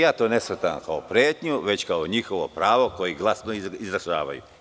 Ja to ne shvatam kao pretnju, već kao njihovo pravo koje glasno izražavaju.